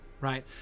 right